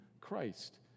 Christ